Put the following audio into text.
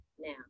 now